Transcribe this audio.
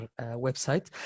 website